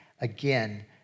again